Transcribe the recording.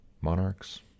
monarchs